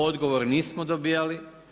Odgovor nismo dobijali.